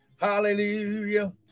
hallelujah